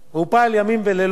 צלצל אלי אמר לי: ואללה,